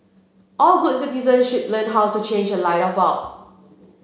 all good citizen should learn how to change a light bulb